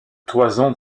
toison